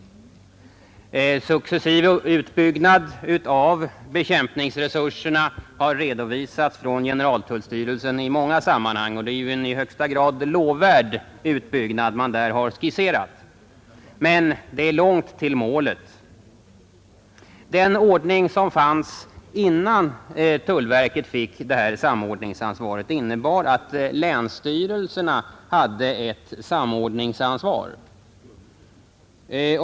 Planer för en successiv utbyggnad av bekämpningsresurserna har redovisats från generaltullstyrelsen i många sammanhang, och det är ju en i högsta grad lovvärd utbyggnad man där har skisserat. Men det är långt till målet. Den ordning som fanns innan tullverket fick samordningsansvaret innebar att länsstyrelserna hade ett samordningsansvar.